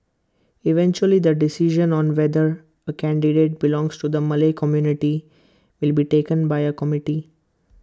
eventually the decision on whether A candidate belongs to the Malay community will be taken by A committee